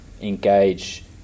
engage